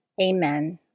Amen